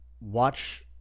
watch